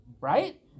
right